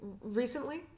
recently